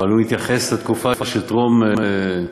אבל הוא התייחס לתקופה של טרום התקופה